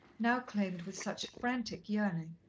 now claimed with such frantic yearning.